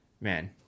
Man